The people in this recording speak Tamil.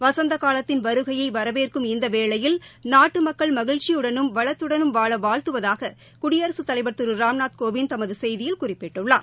வசந்த காலத்தின் வருகையை வரவேற்கும் இந்த வேளையில் நாட்டு மக்கள் மகிழ்ச்சியுடனும் வளத்துடனும் வாழ வாழ்த்துவதாக குயடிகத் தலைவர் திரு ராம்நாத் கோவிந்த் தமது செய்தியில் குறிப்பிட்டுள்ளார்